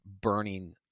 burning